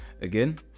again